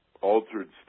altered